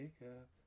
makeup